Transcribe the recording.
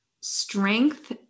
strength